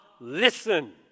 listen